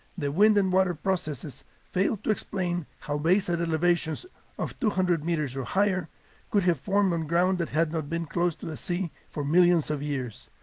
the wind and water processes fail to explain how bays elevations of two hundred meters or higher could have formed on ground that had not been close to the sea for millions of years,